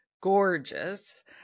gorgeous